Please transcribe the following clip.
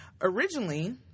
Originally